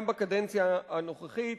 גם בקדנציה הנוכחית